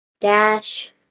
dash